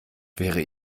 wäre